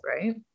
right